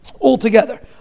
Altogether